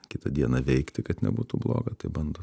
kitą dieną veikti kad nebūtų bloga tai bando